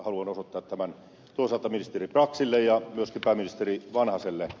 haluan osoittaa tämän toisaalta ministeri braxille ja myöskin pääministeri vanhaselle